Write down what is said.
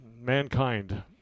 mankind